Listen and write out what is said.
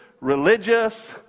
religious